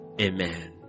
Amen